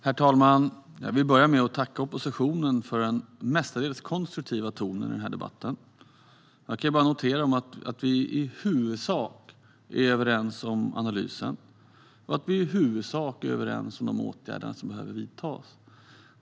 Herr talman! Jag vill börja med att tacka oppositionen för en mestadels konstruktiv ton i den här debatten. Jag kan bara notera att vi i huvudsak är överens om analysen och om de åtgärder som behöver vidtas.